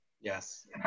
yes